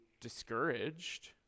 discouraged